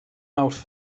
mawrth